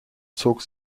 zog